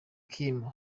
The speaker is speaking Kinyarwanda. kim